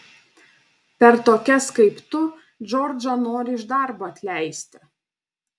per tokias kaip tu džordžą nori iš darbo atleisti